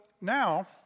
now